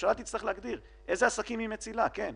הממשלה תצטרך להגדיר איזה עסקים היא מצילה, כן.